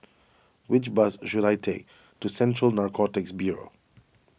which bus should I take to Central Narcotics Bureau